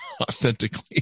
authentically